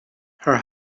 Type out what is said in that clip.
her